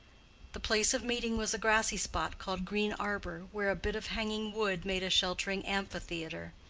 the place of meeting was a grassy spot called green arbor, where a bit of hanging wood made a sheltering amphitheatre.